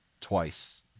twice